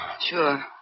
Sure